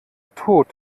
tot